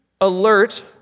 alert